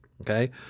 okay